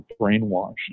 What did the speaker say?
brainwashed